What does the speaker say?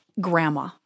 grandma